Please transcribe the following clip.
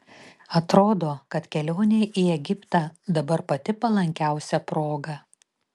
atrodo kad kelionei į egiptą dabar pati palankiausia proga